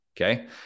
Okay